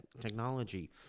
technology